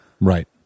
Right